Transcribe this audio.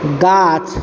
गाछ